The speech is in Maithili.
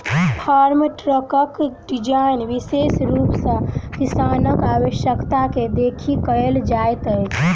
फार्म ट्रकक डिजाइन विशेष रूप सॅ किसानक आवश्यकता के देखि कयल जाइत अछि